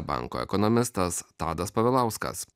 banko ekonomistas tadas povilauskas